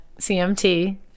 CMT